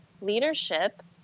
leadership